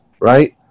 right